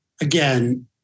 Again